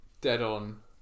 dead-on